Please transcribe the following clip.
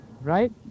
right